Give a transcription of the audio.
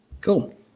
Cool